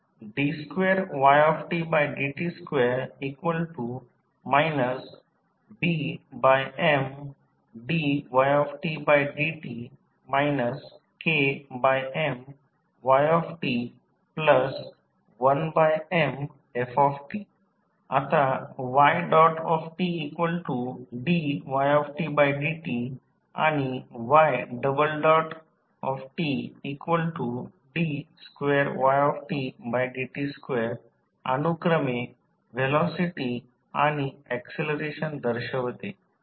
आपण लिहू शकतो d2ytdt2 BMdytdt KMyt1Mft आता ytdydtआणिytd2ydt2अनुक्रमे व्हेलॉसिटी आणि ऍक्सलरेशन दर्शवते